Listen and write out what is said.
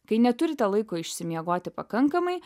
kai neturite laiko išsimiegoti pakankamai